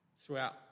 throughout